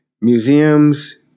museums